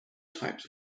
types